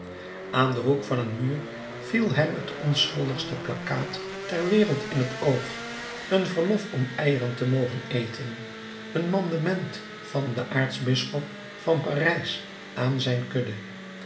aan den hoek van een muur viel hem het onschuldigste plakkaat ter wereld in het oog een verlof om eieren te mogen eten een mandement van den aartsbisschop van parijs aan zijn kudde